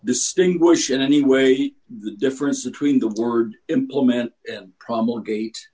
distinguish in any way the difference between the board implement cromwell gate